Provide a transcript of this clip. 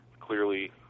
clearly